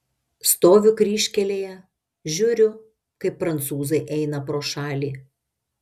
stoviu kryžkelėje žiūriu kaip prancūzai eina pro šalį